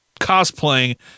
cosplaying